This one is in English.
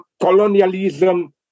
colonialism